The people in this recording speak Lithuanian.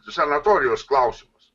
sanatorijos klausimus